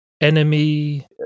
enemy